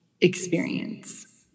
experience